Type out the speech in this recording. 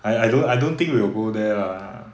I I don't I don't think we will go there lah